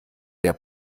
der